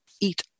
eat